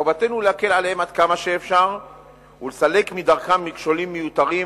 מחובתנו להקל עליהם עד כמה שאפשר ולסלק מדרכם מכשולים מיותרים,